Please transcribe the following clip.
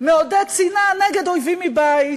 מעודד שנאה נגד אויבים מבית,